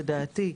לדעתי,